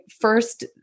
first